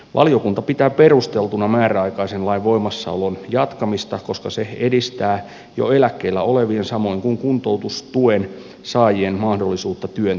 valiokunta pitää perusteltuna määräaikaisen lain voimassaolon jatkamista koska se edistää jo eläkkeellä olevien samoin kuin kuntoutustuen saajien mahdollisuutta työntekoon